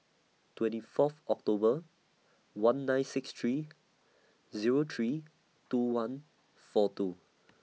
twenty Fourth October one nine six three Zero three two one four two